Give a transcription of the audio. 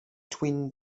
twin